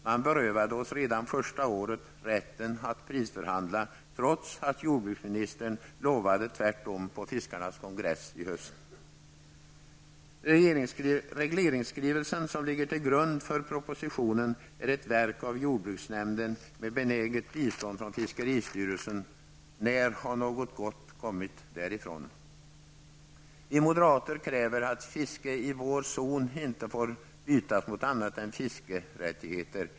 Man berövade oss redan första året rätten att prisförhandla, trots att jordbruksministern lovade motsatsen på fiskarnas kongress i höstas. Regleringsskrivelsen, som ligger till grund för propositionen, är ett verk av jordbruksnämnden med benäget bistånd från fiskeristyrelsen. När har något gott kommit därifrån? Vi moderater kräver att fiske i vår zon inte får bytas mot annat än fiskerättigheter.